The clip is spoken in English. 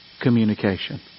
communication